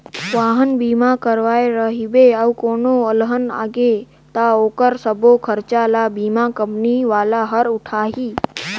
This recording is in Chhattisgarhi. वाहन बीमा कराए रहिबे अउ कोनो अलहन आगे त ओखर सबो खरचा ल बीमा कंपनी वाला हर उठाही